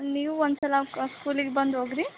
ನೀವು ಒಂದು ಸಲ ಸ್ಕೂಲಿಗೆ ಬಂದು ಹೋಗಿರಿ